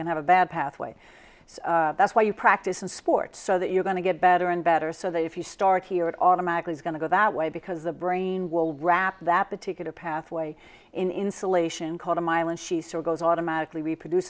can have a bad pathway so that's why you practice in sports so that you're going to get better and better so that if you start here it automatically is going to go that way because the brain will wrap that particular pathway in insulation called a mile and she still goes automatically reproduc